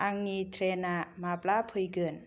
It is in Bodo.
आंनि ट्रेनआ माब्ला फैगोन